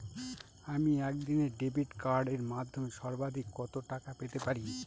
আমি একদিনে ডেবিট কার্ডের মাধ্যমে সর্বাধিক কত টাকা পেতে পারি?